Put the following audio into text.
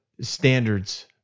standards